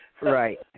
Right